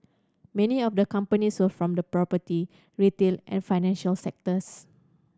many of the companies were from the property retail and financial sectors